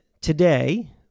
today